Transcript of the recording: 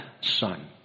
son